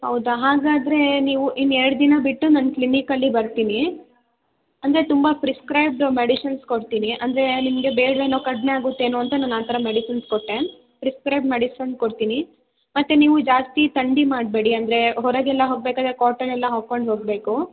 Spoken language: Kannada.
ಹೌದ ಹಾಗಾದ್ರೆ ನೀವು ಇನ್ನು ಎರಡು ದಿನ ಬಿಟ್ಟು ನಾನು ಕ್ಲಿನಿಕ್ಕಲ್ಲಿ ಬರ್ತೀನಿ ಅಂದರೆ ತುಂಬ ಪ್ರಿಸ್ಕ್ರೈಬ್ಡ್ ಮೆಡಿಷನ್ಸ್ ಕೊಡ್ತೀನಿ ಅಂದರೆ ನಿಮಗೆ ಬೇಡವೇನೊ ಕಡಿಮೆ ಆಗುತ್ತೇನೋ ಅಂತ ನಾನು ಆ ಥರ ಮೆಡಿಸನ್ಸ್ ಕೊಟ್ಟೆ ಪ್ರಿಸ್ಕ್ರೈಬ್ಡ್ ಮೆಡಿಸನ್ ಕೊಡ್ತೀನಿ ಮತ್ತು ನೀವು ಜಾಸ್ತಿ ಥಂಡಿ ಮಾಡಬೇಡಿ ಅಂದ್ರೆ ಹೊರಗೆಲ್ಲ ಹೋಗಬೇಕಾದ್ರೆ ಕಾಟನ್ ಎಲ್ಲ ಹಾಕ್ಕೊಂಡು ಹೋಗಬೇಕು